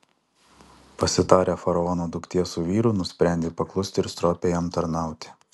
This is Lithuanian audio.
pasitarę faraono duktė su vyru nusprendė paklusti ir stropiai jam tarnauti